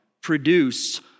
produce